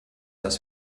das